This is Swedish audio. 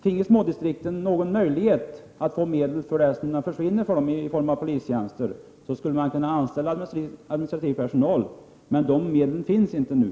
Om smådistrikten finge ersättning för de polistjänster som försvinner, så att säga, så skulle de kunna anställa administrativ personal. Men de medlen finns inte nu.